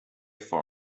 for